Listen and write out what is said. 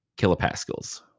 kilopascals